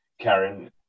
Karen